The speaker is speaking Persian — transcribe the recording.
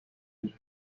میره